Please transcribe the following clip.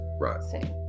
right